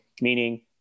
meaning